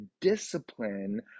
discipline